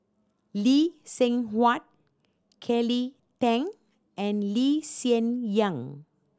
Lee Seng Huat Kelly Tang and Lee Hsien Yang